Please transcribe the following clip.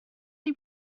chi